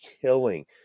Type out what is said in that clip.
killing